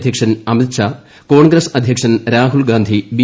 അധ്യക്ഷൻ അമിത്ഷാ കോൺഗ്രസ് അധ്യക്ഷൻ രാഹുൽഗാന്ധി ബി